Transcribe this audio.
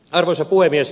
arvoisa puhemies